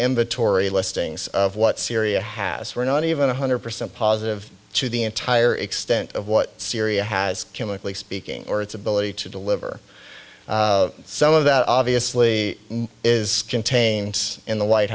torrie listings of what syria has were not even one hundred percent positive to the entire extent of what syria has chemically speaking or its ability to deliver some of that obviously is contained in the white